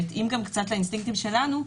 שהתאים גם קצת לאינסטינקטים שלנו,